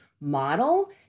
model